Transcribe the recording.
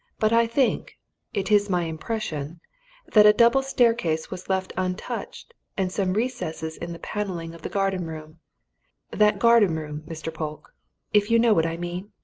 but i think it is my impression that a double staircase was left untouched, and some recesses in the panelling of the garden-room. that garden-room, mr. polke if you know what i mean?